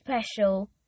special